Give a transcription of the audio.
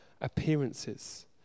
appearances